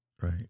right